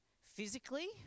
physically